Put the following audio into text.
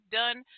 done